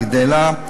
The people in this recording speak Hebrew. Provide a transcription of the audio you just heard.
גדילה.